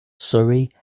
surrey